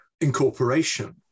incorporation